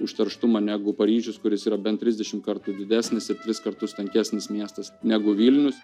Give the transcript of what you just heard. užterštumą negu paryžius kuris yra bent trisdešimt kartų didesnis ir tris kartus tankesnis miestas negu vilnius